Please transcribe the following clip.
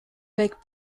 bec